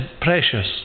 precious